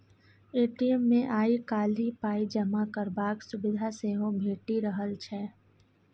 ATM मे आइ काल्हि पाइ जमा करबाक सुविधा सेहो भेटि रहल छै